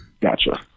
Gotcha